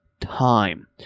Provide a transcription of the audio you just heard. time